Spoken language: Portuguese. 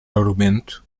argumento